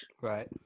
Right